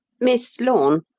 miss lorne,